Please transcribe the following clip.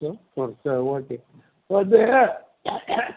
சரி ஓகே வந்து